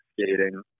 skating